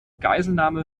geiselnahme